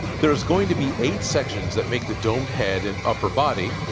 there's going to be eight sections that make the domed head and upper body,